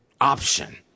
option